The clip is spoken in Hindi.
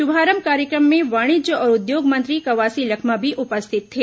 शुभारंभ कार्यक्रम में वाणिज्य औरं उद्योग मंत्री कवासी लखमा भी उपरिथित थे